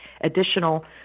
additional